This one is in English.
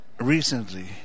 Recently